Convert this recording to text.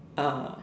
ah